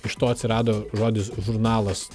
iš to atsirado žodis žurnalas